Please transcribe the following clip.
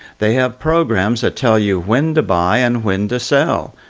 they have programs that tell you when to buy and when to sell.